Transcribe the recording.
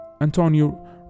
Antonio